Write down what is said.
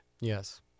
Yes